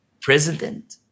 president